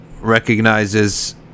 recognizes